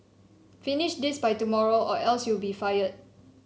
finish this by tomorrow or else you'll be fired